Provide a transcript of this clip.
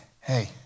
hey